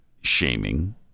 shaming